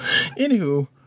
Anywho